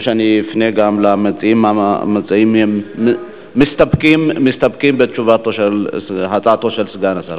או שאני אפנה למציעים הנמצאים לשאול אם הם מסתפקים בהצעתו של סגן השר.